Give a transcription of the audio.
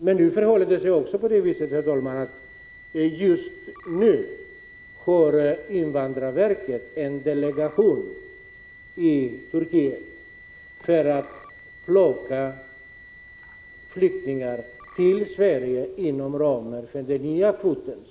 Det förhåller sig också så, herr talman, att invandrarverket just nu har en delegation i Turkiet för att plocka flyktingar till Sverige inom ramen för den nya kvoten.